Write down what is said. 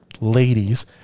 ladies